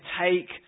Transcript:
take